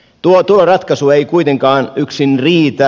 tuo tuloratkaisu ei kuitenkaan yksin riitä